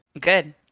good